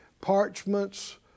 parchments